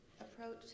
approach